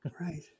right